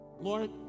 Lord